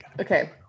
Okay